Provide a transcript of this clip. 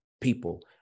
people